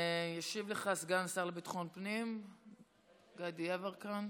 ישיב לך סגן השר לביטחון פנים גדי יברקן.